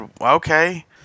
okay